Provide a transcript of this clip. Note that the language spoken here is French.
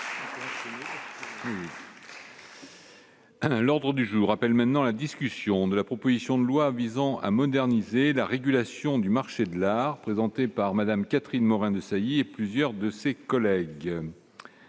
l'ordre du jour appelle maintenant la discussion de la proposition de loi visant à moderniser la régulation du marché de l'art, présentée par Madame Catherine Morin-Desailly et plusieurs de ses collègues